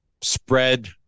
spread